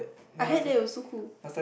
I had that it was so cool